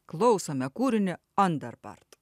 klausome kūrinio onderbart